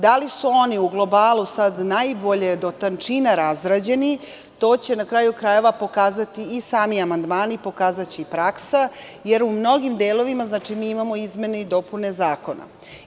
Da li su u oni u globalu sada najbolje do tančina razrađeni to će na kraju, krajeva pokazati i sami amandmani, pokazaće i praksa, jer u mnogim delovima mi imamo izmene i dopune zakona.